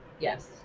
Yes